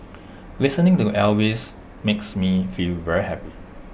listening to Elvis makes me feel very happy